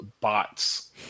bots